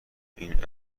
این